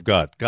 God